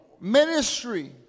Ministry